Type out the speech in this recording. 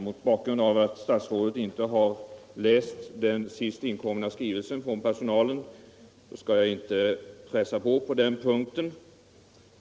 Mot bakgrund av att statsrådet inte har läst den sist inkomna skrivelsen från personalen skall jag inte på den punkten pressa på.